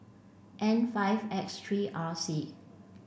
N five X three R C